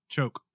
Choke